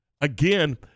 again